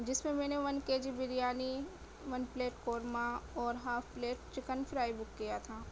جس میں میں نے one K G biryani one plate korma اور half plate chicken fry book کیا تھا